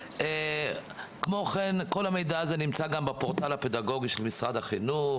כל המידע הזה נמצא גם בפורטל הפדגוגי של משרד החינוך,